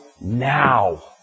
now